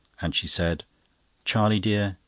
and she said charlie dear,